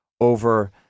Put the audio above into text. over